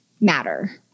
matter